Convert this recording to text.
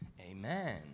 amen